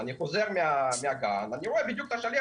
אני חוזר מהגן ואני רואה בדיוק את השליח